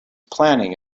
planning